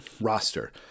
roster